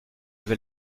vais